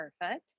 Perfect